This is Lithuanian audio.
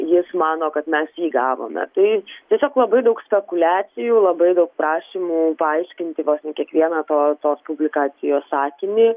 jis mano kad mes jį įgavome tai tiesiog labai daug spekuliacijų labai daug prašymų paaiškinti vos ne kiekvieną to tos publikacijos sakinį